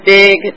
big